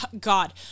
God